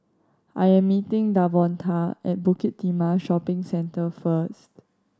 I am meeting Davonta at Bukit Timah Shopping Centre first